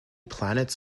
planets